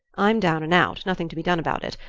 i'm down and out nothing to be done about it.